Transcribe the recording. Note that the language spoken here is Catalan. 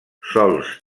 sols